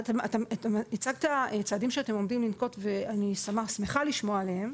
אתה הצגת צעדים שאתם עומדים לנקוט ואני שמחה לשמוע עליהם